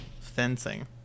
Fencing